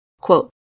Quote